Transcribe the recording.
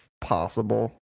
possible